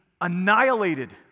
annihilated